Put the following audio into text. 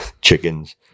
chickens